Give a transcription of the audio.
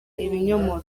ibinyomoro